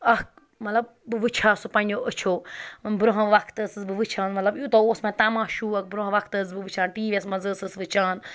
اَکھ مطلب بہٕ وٕچھِ ہا سُہ پنٛنیو أچھو برونٛہہ وقتہٕ ٲسٕس بہٕ وٕچھان مطلب یوٗتاہ اوس مےٚ تَماہ شوق بروںٛہہ وقتہٕ ٲسٕس بہٕ وٕچھان ٹی وی یَس منٛز ٲسٕس وٕچھان